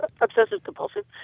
obsessive-compulsive